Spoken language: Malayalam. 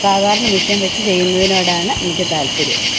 സാധാരണ മിഷ്യൻ വെച്ച് ചെയ്യുന്നതിനോടാണ് എനിക്ക് താൽപ്പര്യം